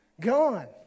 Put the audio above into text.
gone